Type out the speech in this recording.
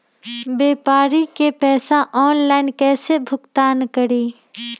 व्यापारी के पैसा ऑनलाइन कईसे भुगतान करी?